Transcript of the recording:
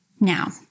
Now